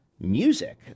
music